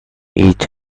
each